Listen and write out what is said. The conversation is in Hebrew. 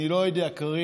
אני לא יודע כבר,